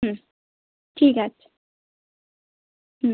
হুম ঠিক আছে হুম